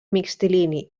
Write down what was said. mixtilini